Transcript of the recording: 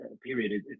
period